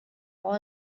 all